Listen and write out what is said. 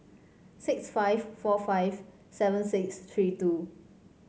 six five four five seven six three two